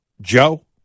Joe